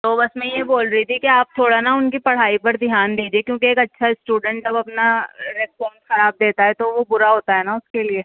تو بس میں یہ بول رہی تھی کہ آپ تھوڑا نا ان کی پڑھائی پر دھیان دیجئے کیونکہ ایک اچھا اسٹوڈنٹ ہے وہ اپنا رسپانس خراب دیتا ہے تو وہ برا ہوتا ہے نا اس کے لیے